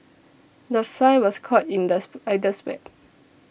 the fly was caught in the spider's web